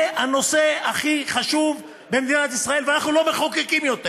דב: זה הנושא הכי חשוב במדינת ישראל ואנחנו לא מחוקקים יותר